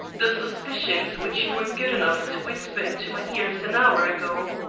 the suspicions which you were good enough to whisper into my ears an hour ago?